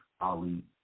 Ali